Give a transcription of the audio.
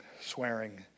swearing